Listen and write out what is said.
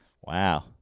Wow